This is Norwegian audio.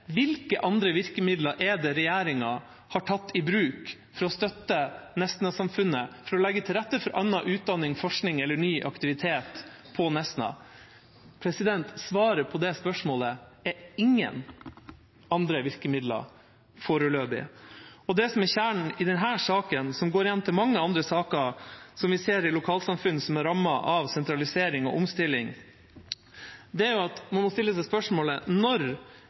Hvilke andre virkemidler har regjeringa tatt i bruk for å støtte Nesna-samfunnet for å legge til rette for annen utdanning, forskning eller ny aktivitet på Nesna? Svaret på det spørsmålet er ingen andre virkemidler, foreløpig. Det som er kjernen i denne saken, og som går igjen i mange andre saker vi ser i lokalsamfunn som er rammet av sentralisering om omstilling, er at man må stille seg spørsmålet: Når